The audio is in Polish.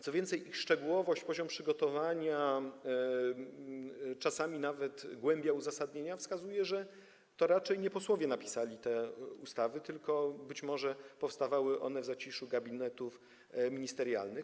Co więcej, ich szczegółowość, poziom przygotowania, czasami nawet głębia uzasadnienia wskazują, że to raczej nie posłowie napisali te ustawy, tylko być może powstawały one w zaciszu gabinetów ministerialnych.